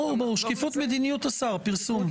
אני מדברת על שקיפות מדיניות השר.